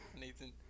Nathan